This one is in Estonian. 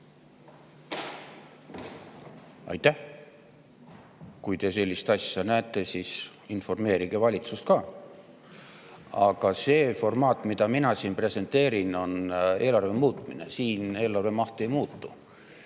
Aitäh! Kui te sellist asja näete, siis informeerige valitsust ka. Aga see formaat, mida mina siin presenteerin, on eelarve muutmine. Siin eelarve maht ei muutu,